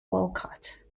walcott